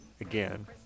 again